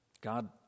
God